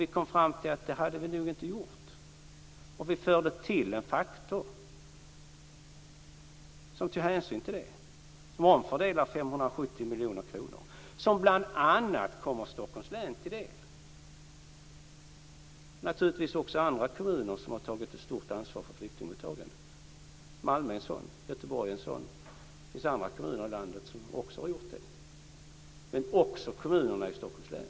Vi kom fram till att vi nog inte hade gjort det. Vi förde då till en faktor som tog hänsyn till det och som omfördelade 570 miljoner kronor - vilka bl.a. kommer Stockholms län till del, samt naturligtvis andra kommuner som tagit ett stort ansvar för flyktingmottagandet. Malmö är en sådan. Göteborg är en sådan. Det finns andra kommuner i landet som också har gjort det. Men det gäller också kommunerna i Stockholms län.